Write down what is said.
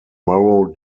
morrow